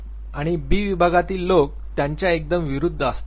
आणि B विभागातील लोक त्यांच्या एकदम विरुद्ध असतात